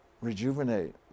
rejuvenate